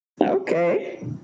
Okay